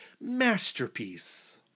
Masterpiece